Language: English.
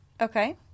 Okay